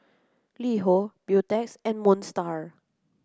LiHo Beautex and Moon Star